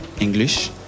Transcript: English